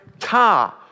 car